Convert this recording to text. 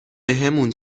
بهمون